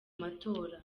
matora